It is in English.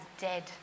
dead